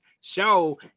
show